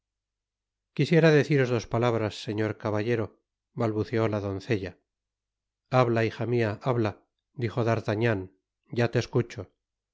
quisiera deciros dos palabras señor caballero balbuceó la doncella habla hija mia habla dijo d'artagnan ya le escucho